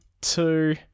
two